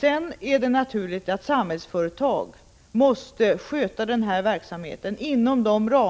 Det är naturligt att Samhällsföretag måste sköta denna verksamhet inom de